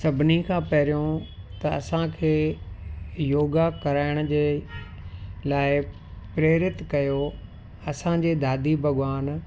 सभिनी खां पहिरियों त असांखे योगा कराइण जे लाइ प्रेरित कयो असांजे दादी भॻवान